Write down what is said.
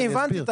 אני אסביר.